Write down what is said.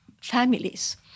families